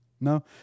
No